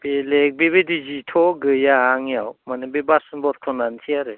बेलेक बिबायदि जिथ' गैया आंनियाव बे बासन बरथनानोसै आरो